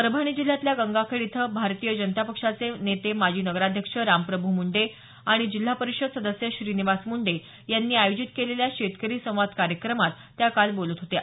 परभणी जिल्ह्यातल्या गंगाखेड इथं भारतीय जनता पक्षाचे नेते माजी नगराध्यक्ष रामप्रभू मुंडे आणि जिल्हा परिषद सदस्य श्रीनिवास मुंडे यांनी आयोजित केलेल्या शेतकरी संवाद कार्यक्रमात त्या काल बोलत होत्या